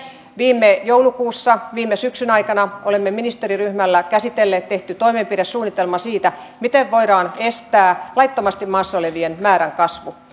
viime joulukuussa viime syksyn aikana olemme ministeriryhmällä tätä käsitelleet ja on tehty toimenpidesuunnitelma siitä miten voidaan estää laittomasti maassa olevien määrän kasvu